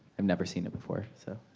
i've never seen it before so